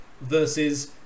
versus